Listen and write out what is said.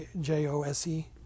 J-O-S-E